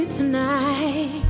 tonight